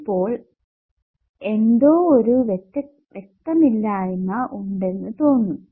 ഇപ്പോൾ എന്തോ ഒരു വ്യക്തതയില്ലായ്മ ഉണ്ടെന്നു തോന്നും